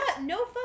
no